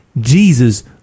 Jesus